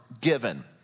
Given